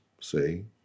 See